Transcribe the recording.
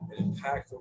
impactful